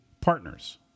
partners